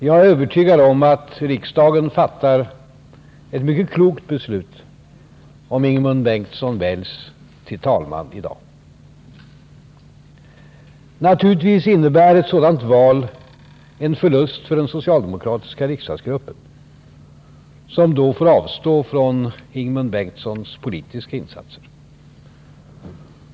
Jag är övertygad om att riksdagen fattar ett mycket klokt beslut, om Ingemund Bengtsson väljs till talman i dag. Naturligtvis innebär ett sådant val en förlust för den socialdemokratiska riksdagsgruppen, som då får avstå från Ingemund Bengtssons politiska insatser.